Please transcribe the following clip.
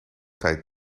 tijd